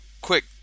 quick